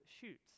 shoots